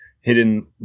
hidden